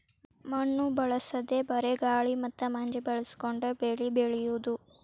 ಮಣ್ಣು ಬಳಸದೇ ಬರೇ ಗಾಳಿ ಮತ್ತ ಮಂಜ ಬಳಸಕೊಂಡ ಬೆಳಿ ಬೆಳಿಯುದು